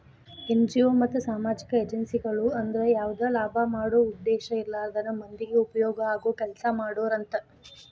NGO ಮತ್ತ ಸಾಮಾಜಿಕ ಏಜೆನ್ಸಿಗಳು ಅಂದ್ರ ಯಾವದ ಲಾಭ ಮಾಡೋ ಉದ್ದೇಶ ಇರ್ಲಾರ್ದನ ಮಂದಿಗೆ ಉಪಯೋಗ ಆಗೋ ಕೆಲಸಾ ಮಾಡೋರು ಅಂತ